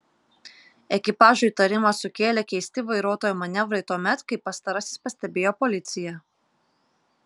ekipažui įtarimą sukėlė keisti vairuotojo manevrai tuomet kai pastarasis pastebėjo policiją